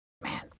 Man